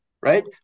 Right